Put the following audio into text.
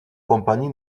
compagnie